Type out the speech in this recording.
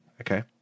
Okay